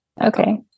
Okay